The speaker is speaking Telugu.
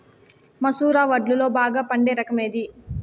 మసూర వడ్లులో బాగా పండే రకం ఏది?